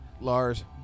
Lars